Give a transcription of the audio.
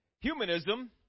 humanism